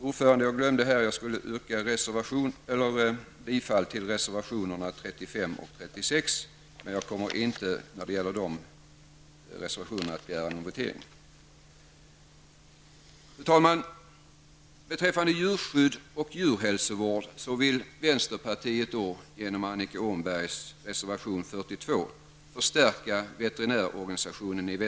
Vidare yrkar jag bifall till reservationerna 35 och 36, men jag kommer beträffande dessa senare reservationer inte att begära votering.